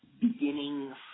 beginning